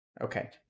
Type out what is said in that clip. Okay